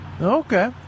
Okay